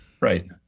right